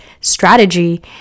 strategy